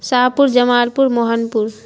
شاہ پور جمال پور موہن پور